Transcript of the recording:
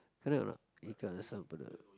correct or not ikan asam pedas